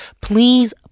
please